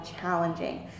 challenging